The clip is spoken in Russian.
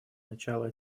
начала